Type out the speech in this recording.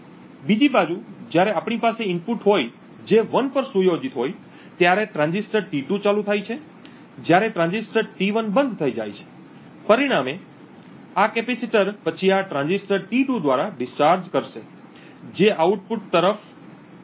બીજી બાજુ જ્યારે આપણી પાસે ઇનપુટ હોય જે 1 પર સુયોજિત હોય ત્યારે ટ્રાંઝિસ્ટર T2 ચાલુ થાય છે જ્યારે ટ્રાંઝિસ્ટર T1 બંધ થઈ જાય છે પરિણામે આ કેપેસિટર પછી આ ટ્રાંઝિસ્ટર T2 દ્વારા ડિસ્ચાર્જ કરશે જે આઉટપુટ તરફ જાય છે જે 0 છે